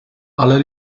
ale